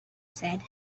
said